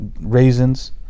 raisins